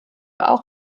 auch